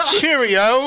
Cheerio